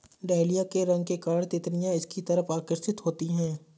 dahlia के रंग के कारण तितलियां इसकी तरफ आकर्षित होती हैं